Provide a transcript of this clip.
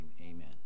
Amen